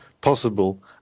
Possible